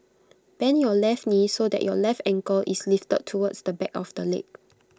bend your left knee so that your left ankle is lifted towards the back of the leg